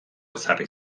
ezarri